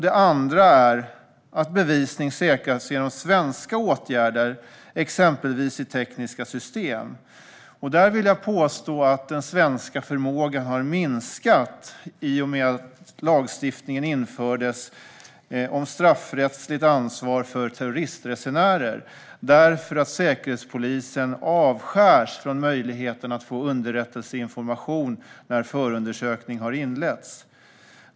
Det andra är att bevisning säkras genom svenska åtgärder, exempelvis i tekniska system. Där vill jag påstå att den svenska förmågan har minskat i och med att lagstiftningen infördes om straffrättsligt ansvar för terroristresenärer därför att Säkerhetspolisen avskärs från möjligheten att få underrättelseinformation när förundersökning har inletts.